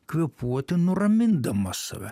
kvėpuoti nuramindama save